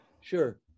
sure